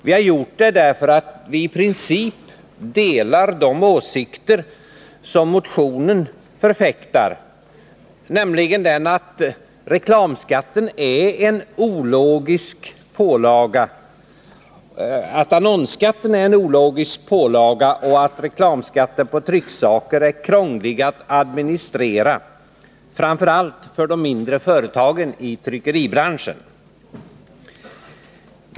Vi har gjort det därför att vi i princip delar de åsikter som förfäktas i motionen, nämligen att annonsskatten är en ologisk pålaga och att reklamskatten på trycksaker är krånglig att administrera, framför allt för de mindre företagen i tryckeribranschen.